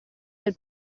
del